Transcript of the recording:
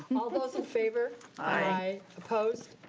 um all those in favor? aye. opposed.